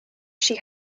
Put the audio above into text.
she